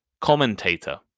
Commentator